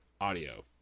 audio